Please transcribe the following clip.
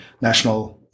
national